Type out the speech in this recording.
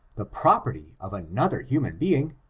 the property of another human being,